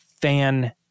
fan